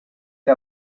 che